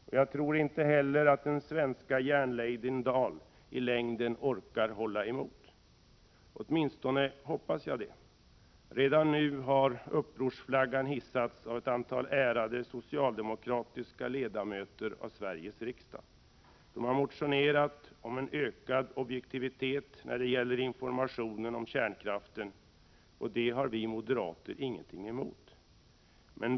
Inte heller tror jag att den svenska järnladyn Dahl i längden orkar hålla emot — åtminstone hoppas jag att hon inte skall göra det. Redan nu har upprorsflaggan hissats av ett antal ärade socialdemokratiska ledamöter av Sveriges riksdag. De har motionerat om ökad objektivitet när det gäller informationen om kärnkraften, och det har vi moderater ingenting emot.